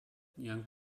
young